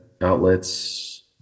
outlets